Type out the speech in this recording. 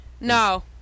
no